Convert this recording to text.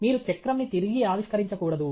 మీరు చక్రం ని తిరిగి ఆవిష్కరించకూడదు